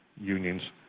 unions